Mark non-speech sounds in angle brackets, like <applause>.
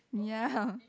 ya <laughs>